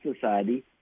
society